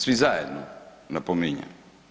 Svi zajedno, napominjem.